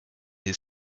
his